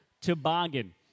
Toboggan